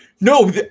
No